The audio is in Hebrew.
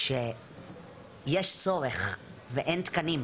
שיש צורך ואין תקנים.